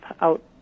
out